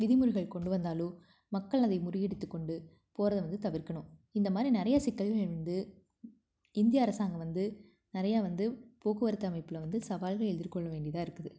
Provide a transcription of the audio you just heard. விதிமுறைகள் கொண்டு வந்தாலோ மக்கள் அதை முறியடித்து கொண்டு போகிறத வந்து தவிர்க்கணும் இந்த மாதிரி நிறையா சிக்கல்கள் வந்து இந்திய அரசாங்கம் வந்து நிறையா வந்து போக்குவரத்து அமைப்பில் வந்து சவால்கள் எதிர்கொள்ள வேண்டியதாக இருக்குது